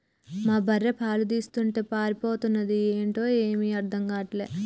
మా బర్రె పాలు తీస్తుంటే పారిపోతన్నాది ఏంటో ఏమీ అర్థం గాటల్లే